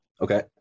Okay